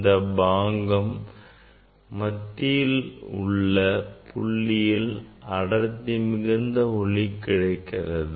இந்தப் பாங்கம் மத்தியில் உள்ள புள்ளியில் அடர்த்தி மிகுந்த ஒளி கிடைக்கிறது